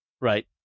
Right